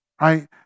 Right